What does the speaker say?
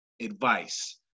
advice